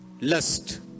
lust